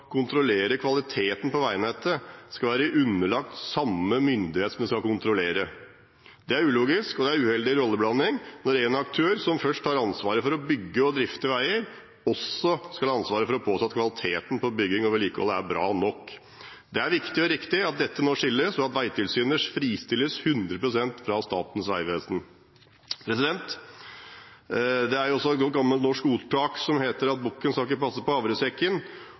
kontrollere kvaliteten på veinettet, skal være underlagt samme myndighet som det skal kontrollere. Det er ulogisk, og det er uheldig rolleblanding når en aktør, som først har ansvaret for å bygge og drifte veier, også skal ha ansvaret for å påse at kvaliteten på bygging og vedlikehold er bra nok. Det er viktig og riktig at dette nå skilles, og at Vegtilsynet fristilles 100 pst. fra Statens vegvesen. Det er et godt gammelt norsk ordtak om at bukken ikke skal passe på havresekken.